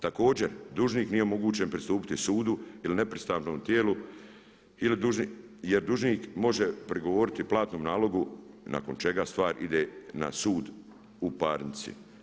Također dužnik nije omogućen pristupiti sudu ili nepristranom tijelu jer dužnik može prigovoriti platnom nalogu nakon čega stvar ide na sud u parnici.